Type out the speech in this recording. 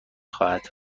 خواهد